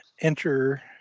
enter